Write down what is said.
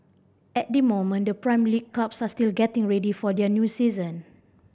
at the moment the Prime League clubs are still getting ready for their new season